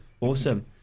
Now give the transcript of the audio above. awesome